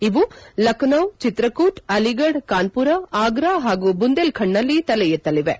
ಇವು ಲಖನೌ ಚಿತ್ರಕೂಟ್ ಅಲಿಗಢ್ ಕಾನ್ಪುರ ಆಗ್ರಾ ಹಾಗೂ ಬುಂದೆಲ್ ಖಂಡ್ನಲ್ಲಿ ತೆಲೆ ಎತ್ತಲಿವೆ